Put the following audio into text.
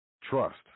trust